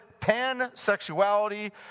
pansexuality